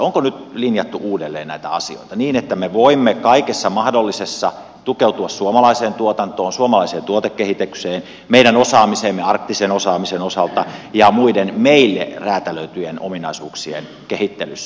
onko nyt linjattu uudelleen näitä asioita niin että me voimme kaikessa mahdollisessa tukeutua suomalaiseen tuotantoon suomalaiseen tuotekehitykseen meidän osaamiseemme arktisen osaamisen osalta ja muiden meille räätälöityjen ominaisuuksien kehittelyssä